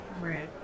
Right